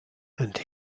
and